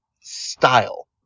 style